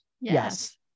yes